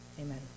Amen